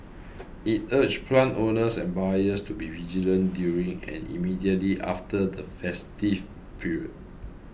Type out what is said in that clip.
it urged plant owners and buyers to be vigilant during and immediately after the festive period